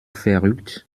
verrückt